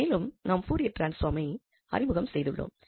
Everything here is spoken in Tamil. மேலும் நாம் பூரியர் டிரான்ஸ்பாமை அறிமுகம் செய்துள்ளோம்